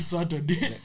Saturday